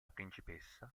principessa